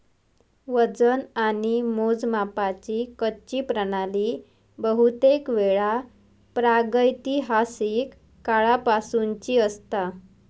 वजन आणि मोजमापाची कच्ची प्रणाली बहुतेकवेळा प्रागैतिहासिक काळापासूनची असता